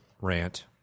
rant